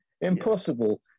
Impossible